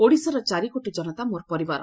ଓଡ଼ିଶାର ଚାରିକୋଟି କନତା ମୋର ପରିବାର